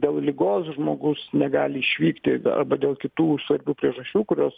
dėl ligos žmogus negali išvykti arba dėl kitų svarbių priežasčių kurios